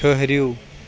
ٹھٔہرِو